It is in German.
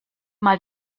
mal